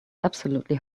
absolutely